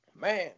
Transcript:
Man